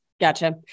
Gotcha